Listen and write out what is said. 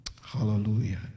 Hallelujah